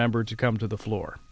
member to come to the floor